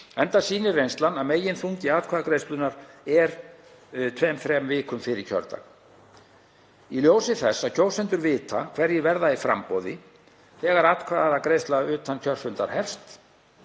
enda sýnir reynslan að meginþungi atkvæðagreiðslunnar er tveimur, þremur vikum fyrir kjördag. Í ljósi þess að kjósendur vita hverjir verða í framboði þegar atkvæðagreiðsla utan kjörfundar hefst,